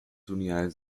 unidades